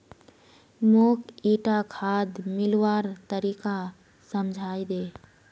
मौक ईटा खाद मिलव्वार तरीका समझाइ दे